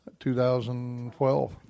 2012